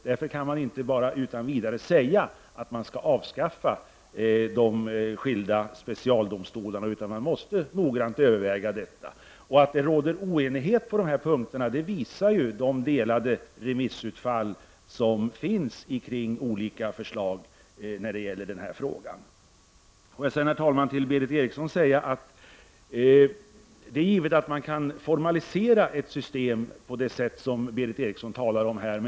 Därför kan man inte bara utan vidare säga att man skall avskaffa de olika specialdomstolarna, utan man måste noggrant överväga detta. Att det råder oenighet på dessa punkter framgår ju av de olika remissutfallen som gäller olika förslag i denna fråga. Herr talman! Jag vill sedan till Berith Eriksson säga att man givetvis kan formalisera ett system på det sätt om Berith Eriksson talar om.